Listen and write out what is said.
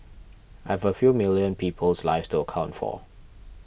have a few million people's lives to account for